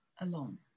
alone